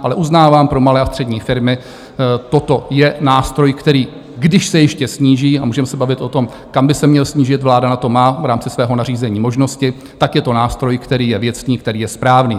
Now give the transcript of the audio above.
Ale uznávám, pro malé a střední firmy toto je nástroj, který když se ještě sníží a můžeme se bavit o tom, kam by se měl snížit, vláda na to má v rámci svého nařízení možnosti tak je to nástroj, který je věcný, který je správný.